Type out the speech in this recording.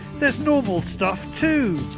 there's normal stuff too.